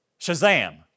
Shazam